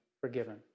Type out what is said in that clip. forgiven